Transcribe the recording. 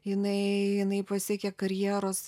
jinai jinai pasiekė karjeros